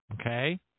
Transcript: Okay